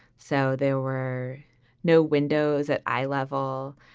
so there were no windows at eye level.